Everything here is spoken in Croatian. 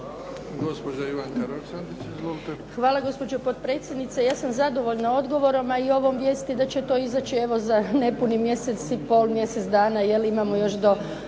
Hvala. Gospođo potpredsjednice, ja sam zadovoljna odgovorom a i ovom vijesti da će to izaći evo za nepunih za mjesec i pol, mjesec dana imamo još do